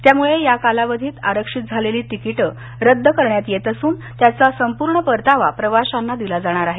त्यामुळे या कालावधीत आरक्षित झालेली तिकीट रद्द करण्यात येत असून त्याचा संपूर्ण परतावा प्रवाशांना दिला जाणार आहे